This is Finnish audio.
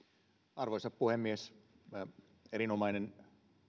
arvoisa puhemies erinomainen